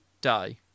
Die